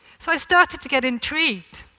so i started to get intrigued.